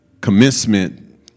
commencement